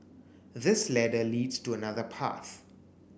this ladder leads to another path